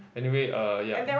anyway uh yup